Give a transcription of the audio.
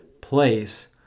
place